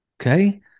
Okay